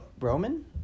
Roman